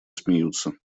смеются